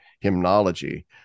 hymnology